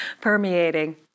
permeating